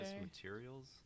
materials